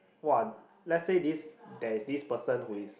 what let's say this there is this person who is